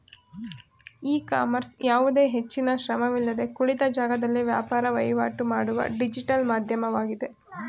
E commerce ಯಾವುದೇ ಹೆಚ್ಚಿನ ಶ್ರಮವಿಲ್ಲದೆ ಕುಳಿತ ಜಾಗದಲ್ಲೇ ವ್ಯಾಪಾರ ವಹಿವಾಟು ಮಾಡುವ ಡಿಜಿಟಲ್ ಮಾಧ್ಯಮವಾಗಿದೆ